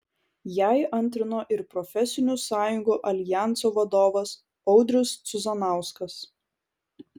jai antrino ir profesinių sąjungų aljanso vadovas audrius cuzanauskas